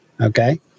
Okay